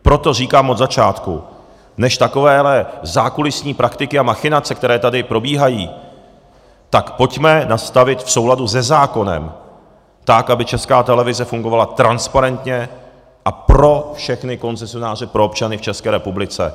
Proto říkám od začátku, než takovéto zákulisní praktiky a machinace, které tady probíhají, tak pojďme nastavit v souladu se zákonem tak, aby Česká televize fungovala transparentně a pro všechny koncesionáře, pro občany v České republice.